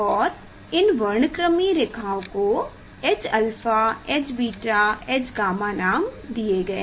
और इन वर्णक्रमीय रेखाओं को Hɑ H𝛃 H𝛄 नाम दिये गए